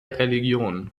religionen